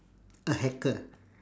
a hacker